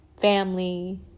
family